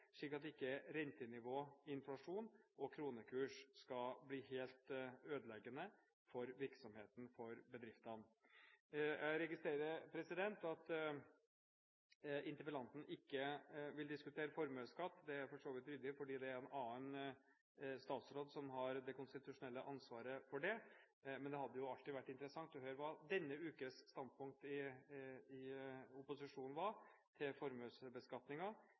slik at ikke rentenivå, inflasjon og kronekurs skal bli helt ødeleggende for virksomheten i bedriftene. Jeg registrerer at interpellanten ikke vil diskutere formuesskatt. Det er for så vidt ryddig fordi det er en annen statsråd som har det konstitusjonelle ansvaret for det. Men det hadde jo vært interessant å høre hva denne ukes standpunkt i opposisjonen var til